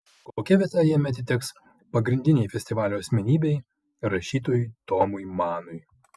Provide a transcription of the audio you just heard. kokia vieta jame atiteks pagrindinei festivalio asmenybei rašytojui tomui manui